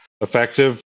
effective